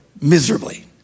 miserably